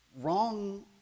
wrong